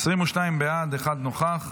22 בעד, אחד נוכח.